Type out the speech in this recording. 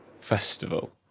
Festival